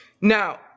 Now